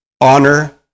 honor